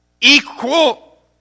Equal